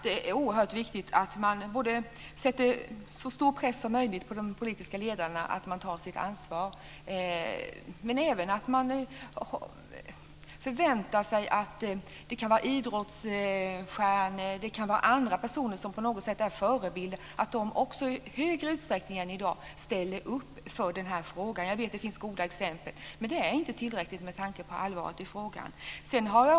Det är oerhört viktigt att man sätter en så stor press som möjligt på de politiska ledarna att ta sitt ansvar. Också andra personer som på något sätt är förebilder, som t.ex. idrottsstjärnor, kan i större utsträckning ställa upp i det här arbetet. Det finns goda exempel på det. Det är dock inte tillräckligt med tanke på allvaret i frågan.